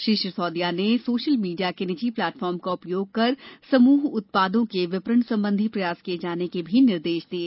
श्री सिसोदिया ने social media के निजी प्लेटफार्म का उपयोग कर समूह उत्पादों को विपणन संबंधी प्रयास किए जाने के निर्देश भी दिये